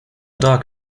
dark